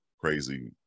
crazy